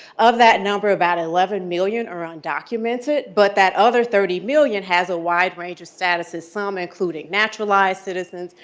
of that number, about eleven million or ah undocumented, but that other thirty million has a wide range of statuses, some including naturalized citizens,